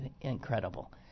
incredible